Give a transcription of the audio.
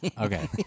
okay